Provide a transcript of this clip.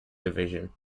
division